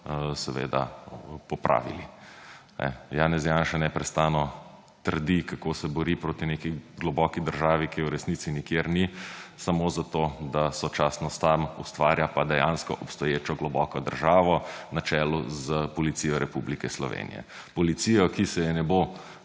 seveda popravili. Janez Janša neprestano trdi, kako se bori proti neki globoki državi, ki je v resnici nikjer ni, samo zato da sočasno ustvarja pa dejansko obstoječo globoko državo na čelu s policijo Republike Slovenije. Policija, ki se je ne bo